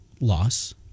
Loss